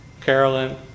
Carolyn